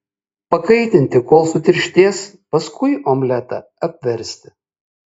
pakaitinti kol sutirštės paskui omletą apversti